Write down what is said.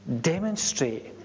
demonstrate